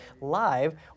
live